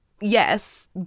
Yes